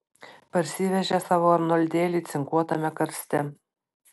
parsivežė savo arnoldėlį cinkuotame karste